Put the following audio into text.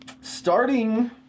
starting